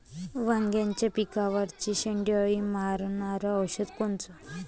वांग्याच्या पिकावरचं शेंडे अळी मारनारं औषध कोनचं?